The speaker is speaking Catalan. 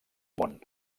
món